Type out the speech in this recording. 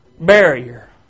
Barrier